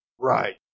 Right